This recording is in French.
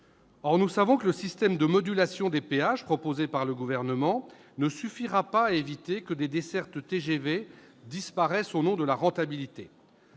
Or nous savons que le système de modulation des péages proposé par le Gouvernement ne suffira pas à éviter que des dessertes TGV disparaissent au nom de la rentabilité.